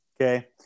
Okay